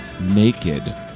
naked